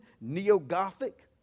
neo-gothic